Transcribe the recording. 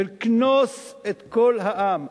של כנוס את כל העם,